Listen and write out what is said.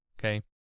Okay